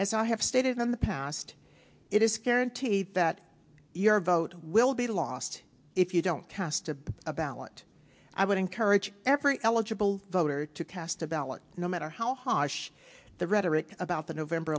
as i have stated in the past it is guaranteed that your vote will be lost if you don't cast a ballot i would encourage every eligible voter to cast a ballot no matter how harsh the rhetoric about the november